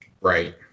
right